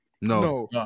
No